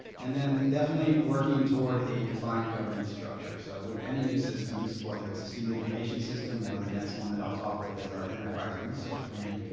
and then definitely working towards a defined governance structure. so with any new systems, whether it's the student information system or the next one that i'll talk with is our enterprise resource planning,